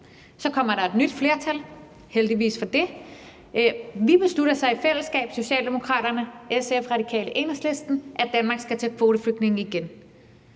Så kom der et nyt flertal, heldigvis for det. Vi besluttede så i fællesskab, Socialdemokraterne, SF, Radikale Venstre og Enhedslisten, at Danmark skal tage kvoteflygtninge igen.